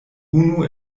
unu